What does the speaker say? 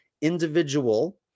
individual